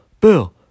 Bill